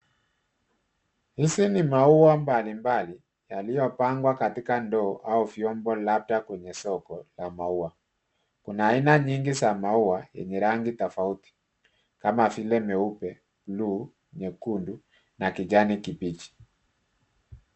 Hizi ni maua mbalimbali yaliyopangwa katika ndoo au vyombo labda kwenye soko la maua. Kuna aina nyingi za maua yenye rangi tofauti kama vile meupe, blue , nyekundu na kijani kibichi.